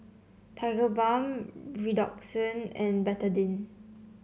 Tigerbalm Redoxon and Betadine